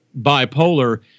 bipolar